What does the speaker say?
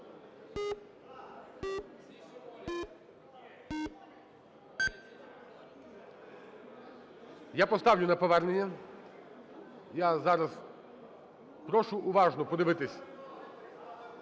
Я поставлю на повернення. Я зараз прошу уважно подивитись.